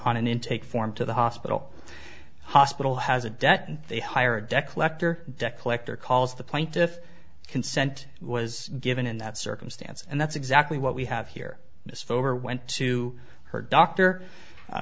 on an intake form to the hospital hospital has a debt and they hire a deck lector deck collector calls the plaintiff consent was given in that circumstance and that's exactly what we have here over went to her doctor